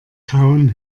kauen